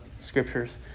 scriptures